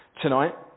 tonight